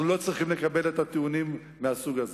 אנחנו לא צריכים לקבל את הטיעונים מהסוג הזה.